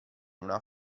una